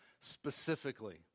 specifically